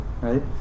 right